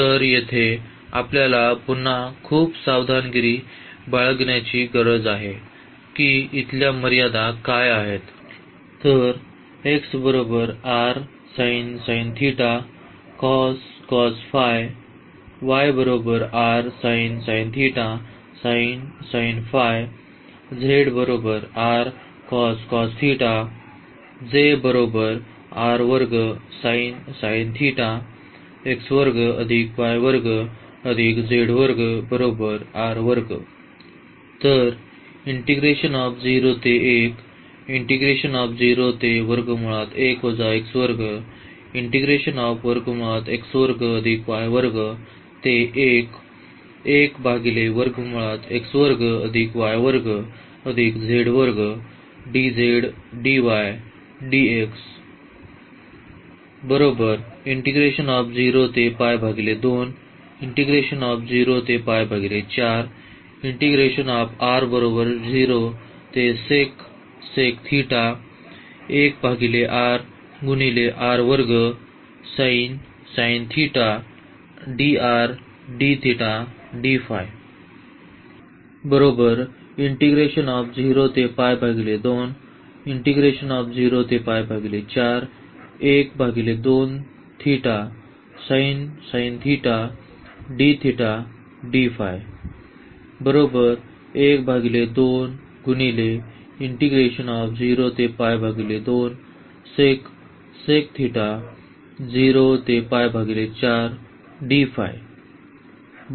तर येथे आपल्याला पुन्हा खूप सावधगिरी बाळगण्याची गरज आहे की इथल्या मर्यादा काय आहेत